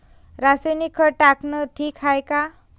रासायनिक खत टाकनं ठीक हाये का?